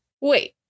Wait